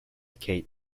kate